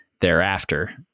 Thereafter